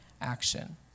action